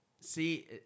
see